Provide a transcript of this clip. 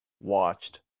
watched